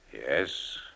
Yes